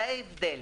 זה ההבדל.